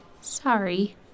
Sorry